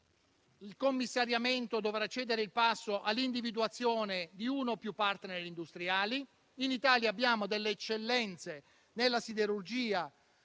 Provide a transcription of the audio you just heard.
il commissariamento dovrà cedere il passo all'individuazione di uno o più *partner* industriali; in Italia abbiamo delle eccellenze nella siderurgia